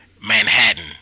Manhattan